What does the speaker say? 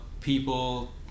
people